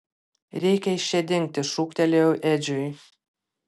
reikia iš čia dingti šūktelėjau edžiui